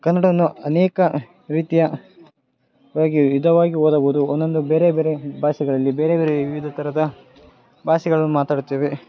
ಕನ್ನಡವನ್ನು ಅನೇಕ ರೀತಿಯ ವಾಗಿ ವಿಧವಾಗಿ ಓದಬೋದು ಒಂದೊಂದು ಬೇರೆ ಬೇರೆ ಭಾಷೆಗಳಲ್ಲಿ ಬೇರೆ ಬೇರೆ ವಿವಿಧ ಥರದ ಭಾಷೆಗಳು ಮಾತಾಡುತ್ತೇವೆ